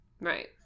Right